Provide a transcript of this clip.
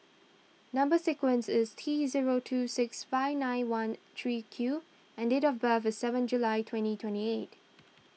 Number Sequence is T zero two six five nine one three Q and date of birth is seven July twenty twenty eight